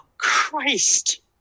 Christ